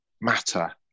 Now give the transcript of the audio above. matter